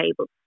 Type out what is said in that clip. table